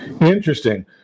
Interesting